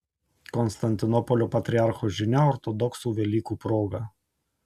konstantinopolio patriarcho žinia ortodoksų velykų proga